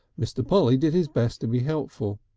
mr. polly did his best to be helpful.